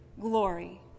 glory